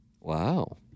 Wow